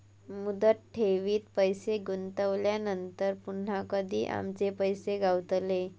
मुदत ठेवीत पैसे गुंतवल्यानंतर पुन्हा कधी आमचे पैसे गावतले?